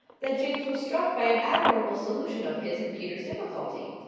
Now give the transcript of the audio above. that james was struck by an admirable solution of his and peter's difficulty.